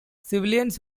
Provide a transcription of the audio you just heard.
civilians